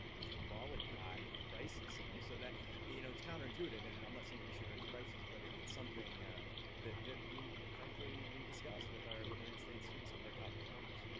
is the quality high if the price is so low? so that you know it's counterintuitive, and and i'm not saying we should raise prices, but it's something that that we frankly we discuss with our with our in-state students and our top performers.